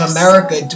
America